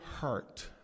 heart